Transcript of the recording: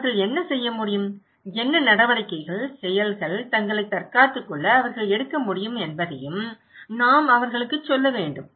அவர்கள் என்ன செய்ய முடியும் என்ன நடவடிக்கைகள் செயல்கள் தங்களைத் தற்காத்துக் கொள்ள அவர்கள் எடுக்க முடியும் என்பதையும் நாம் அவர்களுக்குச் சொல்ல வேண்டும்